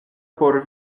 por